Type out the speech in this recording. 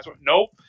Nope